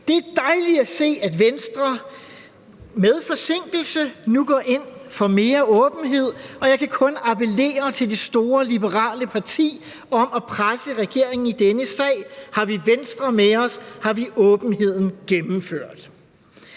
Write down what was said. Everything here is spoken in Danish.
Det er dejligt at se, at Venstre med forsinkelse nu går ind for mere åbenhed, og jeg kan kun appellere til det store liberale parti om at presse regeringen i denne sag. Har vi Venstre med os, har vi åbenheden gennemført.